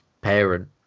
parent